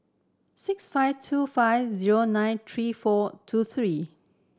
six five two five zero nine three four two three